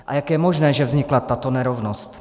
A jak je možné, že vznikla tato nerovnost?